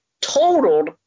totaled